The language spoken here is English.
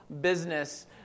business